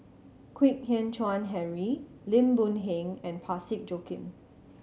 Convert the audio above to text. Kwek Hian Chuan Henry Lim Boon Heng and Parsick Joaquim